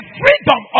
freedom